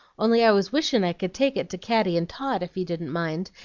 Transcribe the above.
only i was wishin' i could take it to caddy and tot, if you didn't mind.